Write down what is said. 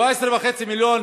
17.5 מיליון